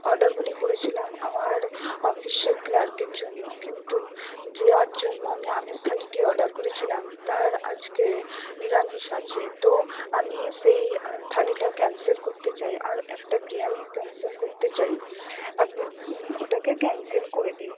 অর্ডারগুলি করেছিলাম আমার অফিসের ক্লার্কের জন্য কিন্তু যার জন্য আমি আমিষ থালিটি অর্ডার করেছিলাম তার আজকে নিরামিষ আছে তো আমি সেই থালিটা ক্যানসেল করতে চাই আর একটা বিরিয়ানিও ক্যানসেল করতে চাই আপনি ওটাকে ক্যানসেল করে দিন